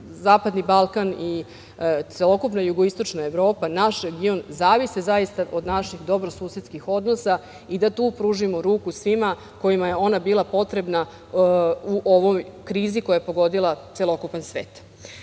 Zapadni Balkan i celokupna Jugoistočna Evropa, naš region, zavisi zaista od naših dobrosusedskih odnosa i da tu pružimo ruku svima kojima je ona bila potrebna u ovoj krizi koja je pogodila celokupan svet.S